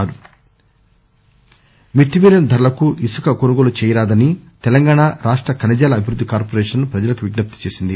set sand మితిమీరిన ధరలకు ఇసుక కొనుగోలు చేయరాదని తెలంగాణా రాష్ట ఖనిజాల అభివృద్ది కార్పోరేషన్ ప్రజలకు విజ్ఞప్తి చేసింది